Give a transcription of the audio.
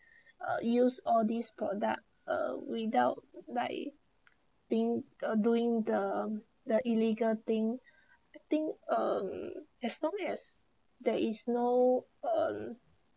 uh use all these product uh without like being uh doing the um the illegal thing I think um as long as there is no um